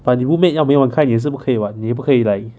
but 你 roommate 要要每一晚开你也是不可以 [what] 你又不可以 like